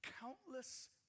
countless